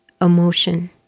emotion